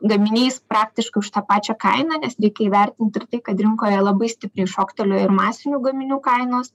gaminiais praktiškai už tą pačią kainą nes reikia įvertint ir tai kad rinkoje labai stipriai šoktelėjo ir masinių gaminių kainos